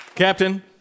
Captain